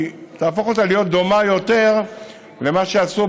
היא תהפוך אותה להיות דומה יותר למה שעשו